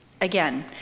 Again